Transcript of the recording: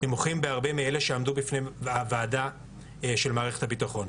נמוכים בהרבה מאלה שעמדו בפני הוועדה של מערכת הביטחון.